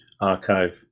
archive